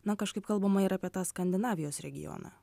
na kažkaip kalbama ir apie tą skandinavijos regioną